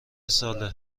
ساله